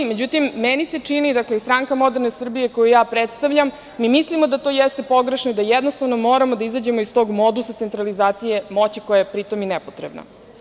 Međutim, meni se čini i Stranka moderne Srbije, koju ja predstavljam, misli da to jeste pogrešno i da, jednostavno, moramo da izađemo iz tog modusa centralizacije moći, koja je pri tome i nepotrebna.